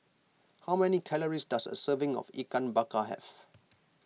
how many calories does a serving of Ikan Bakar have